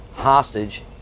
hostage